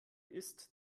ist